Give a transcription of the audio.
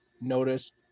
noticed